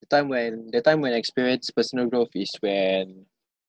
the time when the time when I experienced personal growth is when